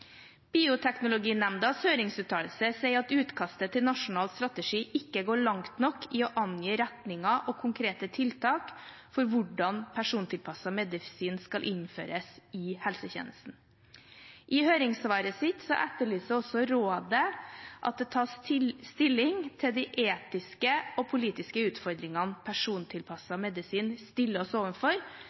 høringsuttalelse sier at utkastet til nasjonal strategi «ikke går langt nok i å angi retninger og konkrete tiltak» for hvordan persontilpasset medisin skal innføres i helsetjenesten. I høringssvaret sitt etterlyser også rådet at det tas stilling til de etiske og politiske utfordringene persontilpasset medisin stiller oss overfor,